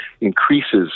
increases